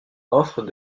offrent